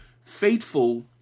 faithful